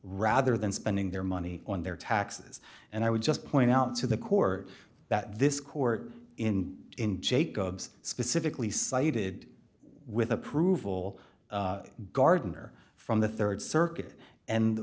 rather than spending their money on their taxes and i would just point out to the court that this court in in jacobs specifically cited with approval gardener from the rd circuit